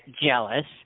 jealous